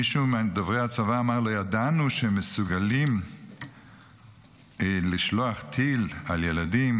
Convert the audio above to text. מישהו מדוברי הצבא אמר: לא ידענו שהם מסוגלים לשלוח טיל על ילדים,